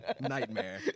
Nightmare